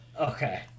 Okay